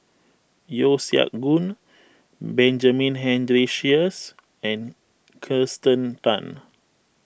Yeo Siak Goon Benjamin Henry Sheares and Kirsten Tan